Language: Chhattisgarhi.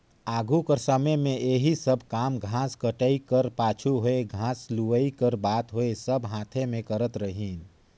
आघु कर समे में एही सब काम घांस कटई कर पाछू होए घांस लुवई कर बात होए सब हांथे में करत रहिन